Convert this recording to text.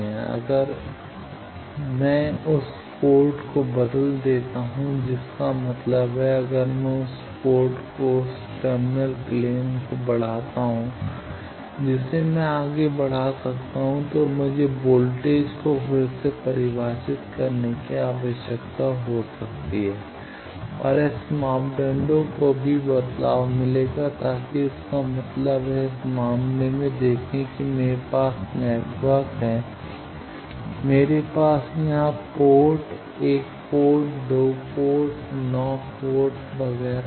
अब अगर मैं उस पोर्ट को बदल देता हूं जिसका मतलब है अगर मैं उस पोर्ट को उस टर्मिनल प्लेन को बढ़ाता हूं जिसे मैं आगे बढ़ा सकता हूं तो मुझे वोल्टेज को फिर से परिभाषित करने की आवश्यकता हो सकती है और S मापदंडों को भी बदलाव मिलेगा ताकि इसका मतलब है इस मामले में देखें कि मेरे पास नेटवर्क है मेरे पास यहां पोर्ट एक पोर्ट दो पोर्ट नौ वगैरह